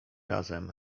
razem